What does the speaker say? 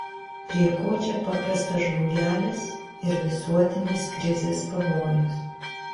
prie ko čia paprastas žmogelis ir visuotinės krizės pavojus